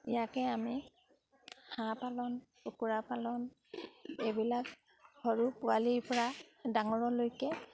ইয়াকে আমি হাঁহ পালন কুকুৰা পালন এইবিলাক সৰু পোৱালিৰপৰা ডাঙৰলৈকে